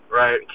right